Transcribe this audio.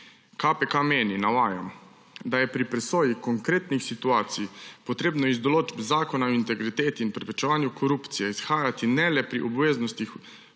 KPK meni, navajam, »da je pri presoji konkretnih situacij potrebno iz določb Zakona o integriteti in preprečevanju korupcije izhajati ne le pri obveznostih